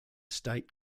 state